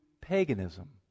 paganism